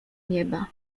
nieba